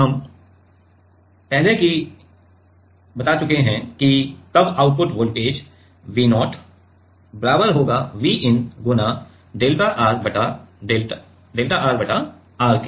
अब यह हम पहले ही बता चुके हैं कि तब आउटपुट वोल्टेज के बराबर होगा